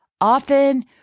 Often